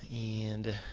and